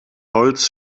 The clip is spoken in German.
holz